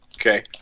Okay